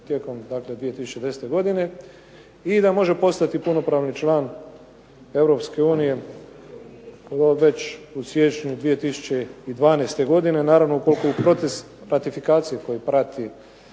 tijekom dakle 2010. godine i da može postati punopravni član EU već u siječnju 2012. godine. Naravno ukoliko u proces ratifikacije koju prati